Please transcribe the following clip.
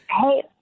hey